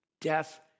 Death